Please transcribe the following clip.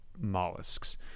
mollusks